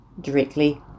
directly